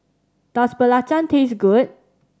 does belacan taste good